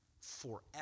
forever